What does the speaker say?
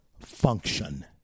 function